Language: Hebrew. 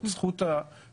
זאת אומרת,